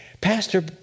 Pastor